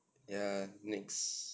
ya next